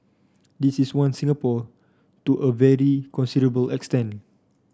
this is one Singapore to a very considerable extent